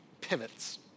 pivots